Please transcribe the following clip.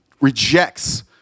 rejects